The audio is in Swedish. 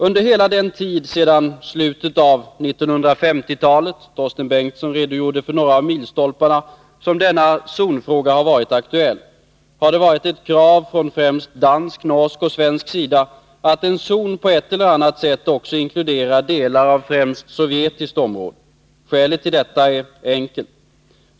Under hela den tid sedan slutet av 1950-talet — Torsten Bengtson redogjorde för några av milstolparna — som denna zonfråga har varit aktuell har det varit ett krav från främst dansk, norsk och svensk sida att en zon på ett eller annat sätt också inkluderar delar av främst sovjetiskt område. Skälet till detta är enkelt.